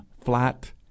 flat